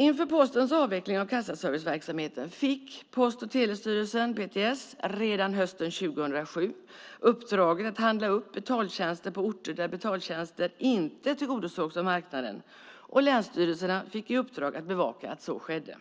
Inför Postens avveckling av kassaserviceverksamheten fick Post och telestyrelsen, PTS, redan hösten 2007 uppdraget att handla upp betaltjänster på orter där betaltjänster inte tillgodosågs av marknaden, och länsstyrelserna fick i uppdrag att bevaka att så skedde.